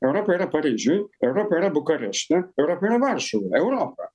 europa yra paryžiuj europa yra bukarešte europa yra varšuvoj europa